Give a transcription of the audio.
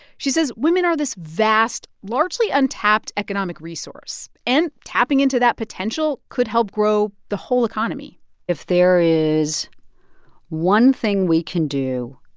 she says women are this vast, largely untapped economic resource, and tapping into that potential could help grow the whole economy if there is one thing we can do